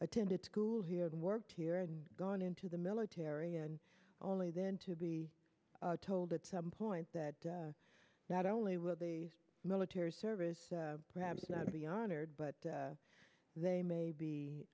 attended school here and worked here and gone into the military and only then to be told at some point that not only will the military service perhaps not be honored but they may be